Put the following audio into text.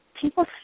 people